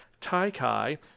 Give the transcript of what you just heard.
Taikai